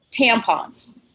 tampons